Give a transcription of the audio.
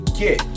get